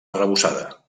arrebossada